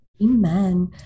Amen